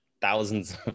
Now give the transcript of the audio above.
thousands